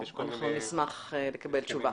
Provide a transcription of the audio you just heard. אנחנו נשמח לקבל תשובה.